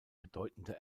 bedeutende